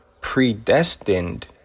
predestined